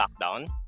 lockdown